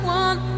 one